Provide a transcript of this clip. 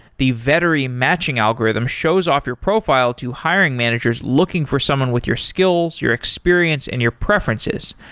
the vettery matching algorithm shows off your profile to hiring managers looking for someone with your skills, your experience and your preferences.